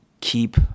keep